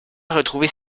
retrouver